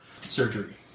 surgery